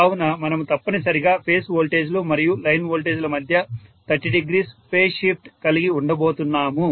కావున మనము తప్పనిసరిగా ఫేజ్ వోల్టేజీలు మరియు లైన్ వోల్టేజ్ల మధ్య 300ఫేజ్ షిఫ్ట్ కలిగి ఉండబోతున్నాము